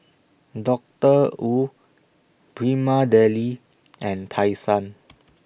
Doctor Wu Prima Deli and Tai Sun